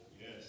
Yes